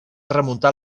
remuntar